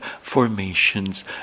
formations